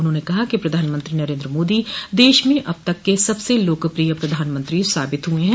उन्होंने कहा कि प्रधानमंत्री नरेन्द्र मोदी देश में अब तक के सबसे लोकप्रिय प्रधानमंत्री साबित हुए हैं